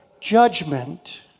judgment